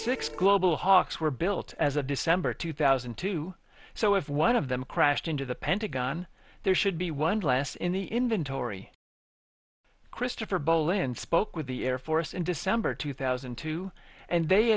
six global hawks were built as of december two thousand and two so if one of them crashed into the pentagon there should be one glass in the inventory christopher bolin spoke with the air force in december two thousand and two and they